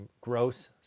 Gross